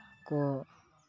ᱠᱚ